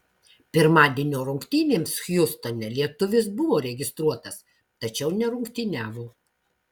pirmadienio rungtynėms hjustone lietuvis buvo registruotas tačiau nerungtyniavo